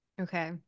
Okay